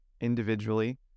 individually